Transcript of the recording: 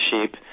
sheep